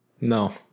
No